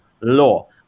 law